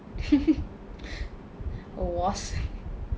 was